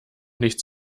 nichts